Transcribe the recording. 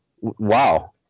Wow